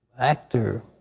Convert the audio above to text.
actor,